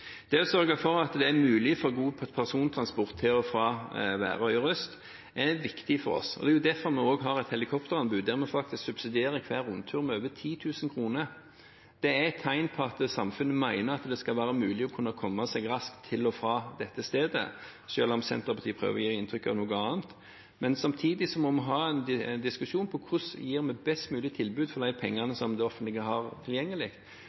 Det å sørge for at det er mulig med god persontransport til og fra Værøy og Røst, er viktig for oss. Det er også derfor vi har et helikopteranbud der vi faktisk subsidierer hver rundtur med over 10 000 kr. Det er et tegn på at samfunnet mener at det skal være mulig å kunne komme seg raskt til og fra dette stedet, selv om Senterpartiet prøver å gi inntrykk av noe annet. Samtidig må vi ha en diskusjon på hvordan vi gir et best mulig tilbud for de pengene som det offentlige har tilgjengelig.